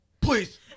Please